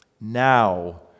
Now